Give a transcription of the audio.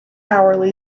hourly